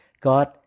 God